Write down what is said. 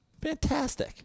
Fantastic